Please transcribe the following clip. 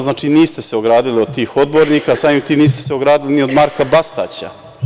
Znači, niste se ogradili od tih odbornika, a samim tim niste se ogradili ni od Marka Bastaća.